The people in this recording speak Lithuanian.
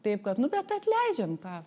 taip kad nu bet atleidžiam tą